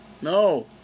No